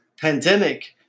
pandemic